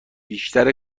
بیشتر